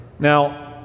Now